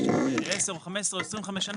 למשך עשר או 15 או 25 שנה,